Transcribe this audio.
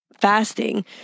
fasting